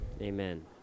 Amen